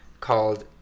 called